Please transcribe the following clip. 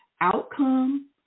outcome